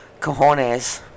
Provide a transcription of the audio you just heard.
cojones